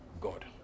God